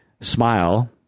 smile